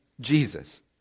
Jesus